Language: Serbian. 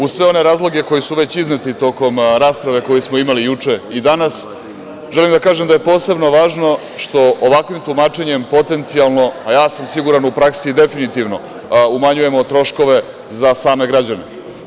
Uz sve one razloge koji su već izneti tokom rasprave koju smo imali juče i danas, želim da kažem da je posebno važno što ovakvim tumačenjem potencijalno, a ja sam siguran u praksi i definitivno, umanjujemo troškove za same građane.